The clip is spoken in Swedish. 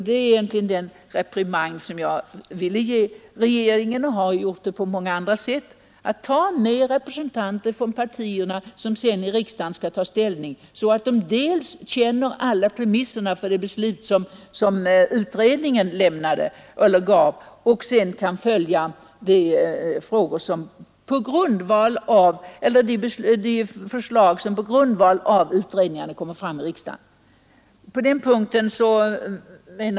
Det är den reprimand som jag vill ge regeringen och har givit den tidigare: Tag med representanter från partierna som sedan skall ta ställning i riksdagen, så att de dels känner alla premisser för det förslag utredningen lägger fram, dels kan följa de förslag som på grundval av utredningarna läggs fram i riksdagen.